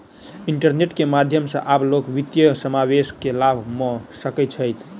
internet के माध्यम सॅ आब लोक वित्तीय समावेश के लाभ लअ सकै छैथ